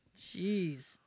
Jeez